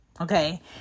okay